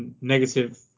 negative